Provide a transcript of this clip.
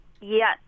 Yes